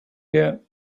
get